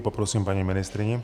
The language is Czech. Poprosím paní ministryni.